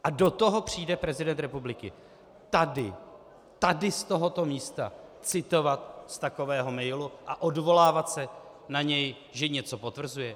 A do toho přijde prezident republiky, tady, tady z tohoto místa citovat z takového mailu a odvolávat se na něj, že něco potvrzuje?